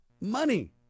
money